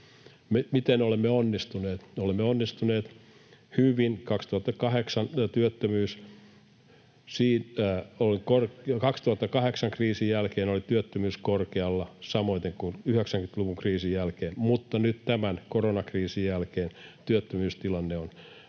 Miten olemme onnistuneet? Olemme onnistuneet hyvin. Vuoden 2008 kriisin jälkeen oli työttömyys korkealla, samoiten kuin 90-luvun kriisin jälkeen, mutta nyt tämän koronakriisin jälkeen työttömyystilanne on hyvä